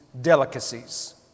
delicacies